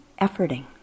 efforting